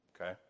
Okay